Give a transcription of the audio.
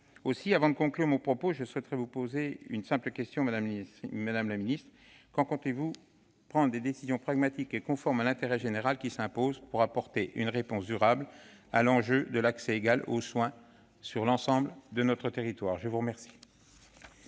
Aussi, avant de conclure mon propos, je souhaiterais vous poser une simple question, mesdames les ministres : quand comptez-vous prendre les décisions pragmatiques et conformes à l'intérêt général qui s'imposent pour apporter une réponse durable à l'enjeu de l'égal accès aux soins sur l'ensemble de notre territoire ? Nous passons